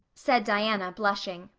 said diana, blushing.